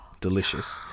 delicious